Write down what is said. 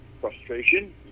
frustration